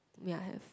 ya have